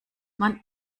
man